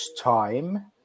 time